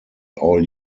all